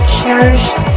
cherished